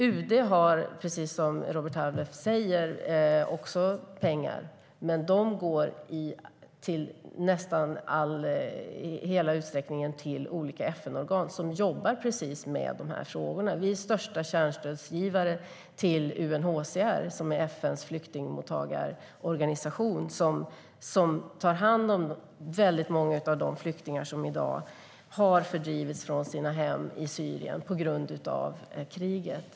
UD har, precis som Robert Halef säger, också pengar, men de går i huvudsak till olika FN-organ som jobbar med dessa frågor. Vi är största kärnstödsgivare till UNHCR, som är FN:s flyktingmottagarorganisation. UNHCR tar hand om väldigt många av de flyktingar som i dag har fördrivits från sina hem i Syrien på grund av kriget.